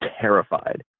terrified